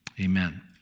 amen